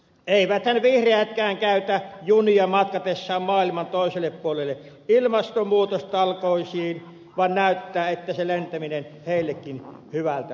eiväthän vihreätkään käytä junia matkatessaan maailman toiselle puolelle ilmastonmuutostalkoisiin vaan näyttää se lentäminen heillekin hyvältä maistuvan